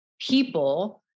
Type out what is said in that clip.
people